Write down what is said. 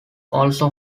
also